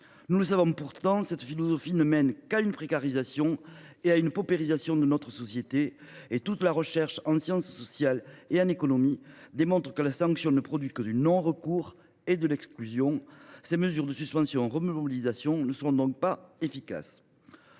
coups de bâton. Pourtant, cette philosophie ne mène qu’à une précarisation et à une paupérisation de notre société. Toute la recherche en sciences sociales et en économie démontre que la sanction ne produit que du non recours et de l’exclusion. Ces mesures de suspension remobilisation ne seront donc pas efficaces.